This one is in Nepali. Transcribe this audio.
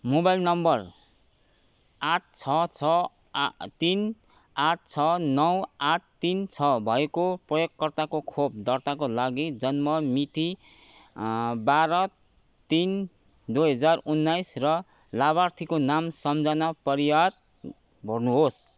मोबाइल नम्बर आठ छ छ आ तिन आठ छ नौ आठ तिन छ भएको प्रयोगकर्ताको खोप दर्ताका लागि जन्म मिति बाह्र तिन दुई हजार उन्नाइस र लाभार्थीको नाम सम्झना परियार भर्नुहोस्